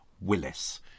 Willis